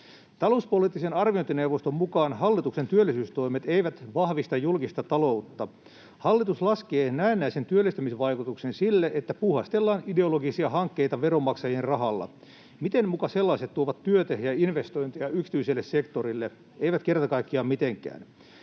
Talouspoliittisen arviointineuvoston mukaan hallituksen työllisyystoimet eivät vahvista julkista taloutta. Hallitus laskee näennäisen työllistämisvaikutuksen sille, että puuhastellaan ideologisia hankkeita veronmaksajien rahalla. Miten muka sellaiset tuovat työtä ja investointeja yksityiselle sektorille? Eivät kerta kaikkiaan mitenkään.